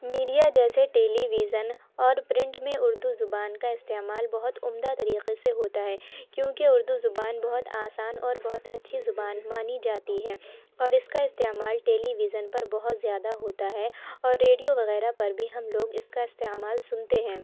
media جیسے television اور print میں اردو زبان کا استعمال بہت عمدہ طریقے سے ہوتا ہے کیونکہ اردو زبان بہت آسان اور بہت اچھی زبان مانی جاتی ہے اور اس کا استعمال ٹیلی ویژن پر بہت زیادہ ہوتا ہے اور ریڈیو وغیرہ پر بھی ہم لوگ اس کا استعمال سنتے ہیں